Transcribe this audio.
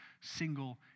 single